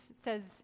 says